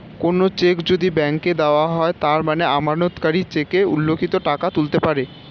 কোনো চেক যদি ব্যাংকে দেওয়া হয় তার মানে আমানতকারী চেকে উল্লিখিত টাকা তুলতে পারে